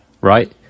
right